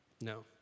No